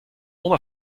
oma